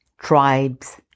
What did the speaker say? tribes